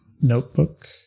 notebook